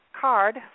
card